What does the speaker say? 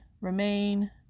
remain